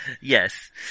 Yes